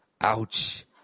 Ouch